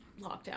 lockdown